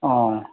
অঁ